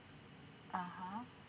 (uh huh)